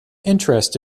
interest